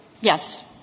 Yes